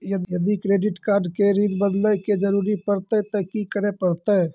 यदि credit card के PIN बदले के जरूरी परतै ते की करे परतै?